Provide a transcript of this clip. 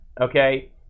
Okay